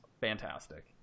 fantastic